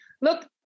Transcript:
Look